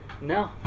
No